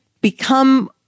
become